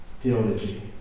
theology